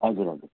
हजुर हजुर